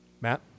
Matt